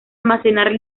almacenar